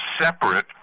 separate